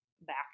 back